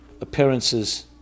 appearances